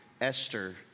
Esther